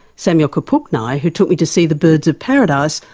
samuel kapuknai, who took me to see the birds of paradise,